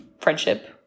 friendship